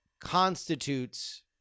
constitutes